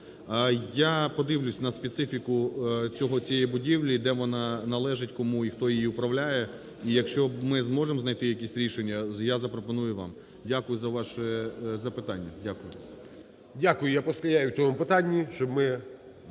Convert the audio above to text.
Я подивлюсь на специфіку цієї будівлі, де вона, належить кому і хто нею управляє. І якщо ми зможем знайти якесь рішення, я запропоную вам. Дякую за ваше запитання. Дякую.